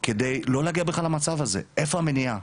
כדי לא להגיע בכלל למצב הזה, איפה המניעה?